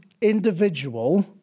individual